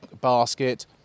basket